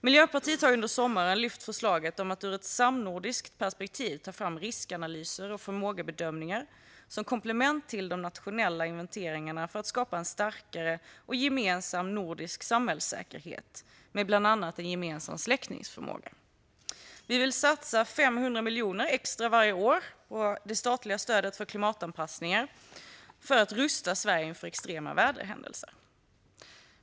Miljöpartiet har under sommaren lyft fram förslaget att ur ett samnordiskt perspektiv ta fram riskanalyser och förmågebedömningar som komplement till de nationella inventeringarna för att skapa en starkare och gemensam nordisk samhällssäkerhet med bland annat en gemensam släckningsförmåga. Vi vill satsa 500 miljoner extra varje år på det statliga stödet till klimatanpassningar för att rusta Sverige inför extrema väderhändelser.